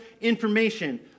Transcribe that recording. information